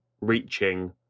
reaching